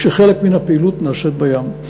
כשחלק מן הפעילות נעשה בים.